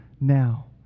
now